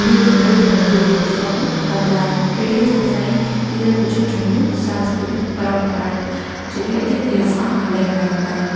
ॿियूं बि थोरी नंढियूं वॾियूं रसमूं कंदा आहियूं अहिड़ी रीति असांजी इहो कुझु जूनियूं सांस्कृतिक परंपरायूं जेके अॼु ताईं असां हलाईंदा आहियूं